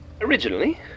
Originally